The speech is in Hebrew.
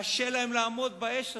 קשה להם לעמוד באש הזאת.